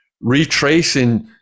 Retracing